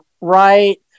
right